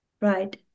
Right